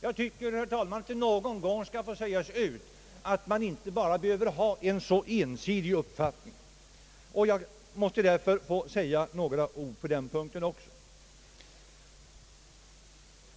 Jag tycker, herr talman, att det någon gång bör sägas ut att man inte behöver ha en så ensidig uppfattning. Jag ber därför att få säga några ord på den punkten också.